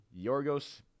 Yorgos